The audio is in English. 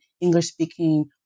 English-speaking